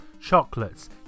chocolates